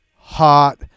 hot